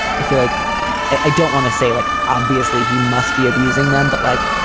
i feel like i don't want to say like obviously he must be abusing them. but like,